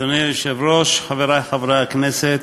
אדוני היושב-ראש, חברי חברי הכנסת,